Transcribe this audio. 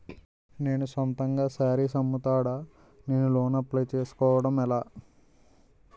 నేను సొంతంగా శారీస్ అమ్ముతాడ, నేను లోన్ అప్లయ్ చేసుకోవడం ఎలా?